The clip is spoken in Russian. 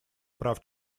прав